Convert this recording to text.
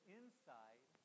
inside